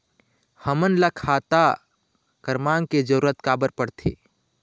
हमन ला खाता क्रमांक के जरूरत का बर पड़थे?